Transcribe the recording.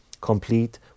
complete